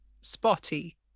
spotty